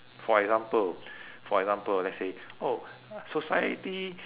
for example for example let's say oh society